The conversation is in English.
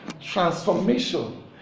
Transformation